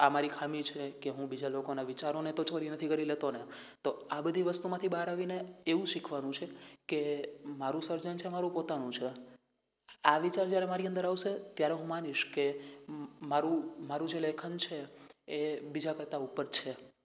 આ મારી ખામી છેકે હું બીજા લોકોના વિચારોને તો ચોરી નથી કરી લેતોને તો આ બધી વસ્તુમાંથી બહાર આવીને એવું શીખવાનું છે કે મારું સર્જન છે મારું પોતાનું છે આ વિચાર જ્યારે મારી અંદર આવશે ત્યારે હું માનીશ કે મારું મારું જે લેખન છે એ બીજા કરતાં ઉપર છે